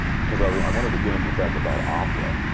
because i mean i wanted to get into the fact about opera,